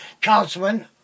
councilman